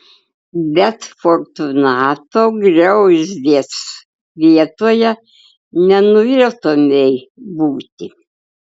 bet fortunato griauzdės vietoje nenorėtumei būti